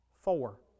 Four